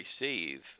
receive